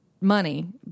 money